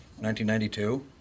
1992